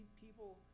people